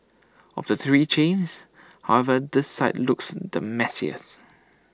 of the three chains however this site looks the messiest